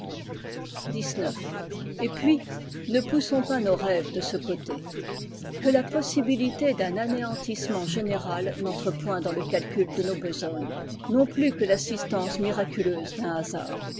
et puis ne poussons pas nos rêves de ce côté que la possibilité d'un anéantissenient général n'entre point dans le calcul de nos besognes non plus que l'assistance miraculeuse d'un hasard